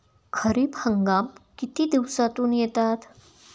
खरीप हंगाम किती दिवसातून येतात?